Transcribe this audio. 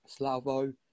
Slavo